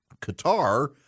Qatar